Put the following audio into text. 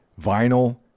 vinyl